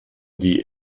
die